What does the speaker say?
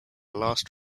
last